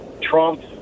Trump